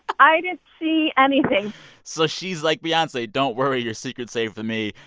i didn't see anything so she's like, beyonce, don't worry. your secret's safe with me.